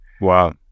Wow